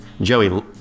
Joey